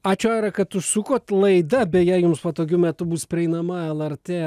ačiū aira kad užsukot laida beje jums patogiu metu bus prieinama lrt